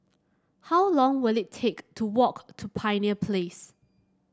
how long will it take to walk to Pioneer Place